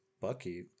Bucky